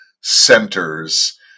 centers